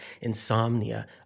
insomnia